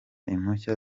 impushya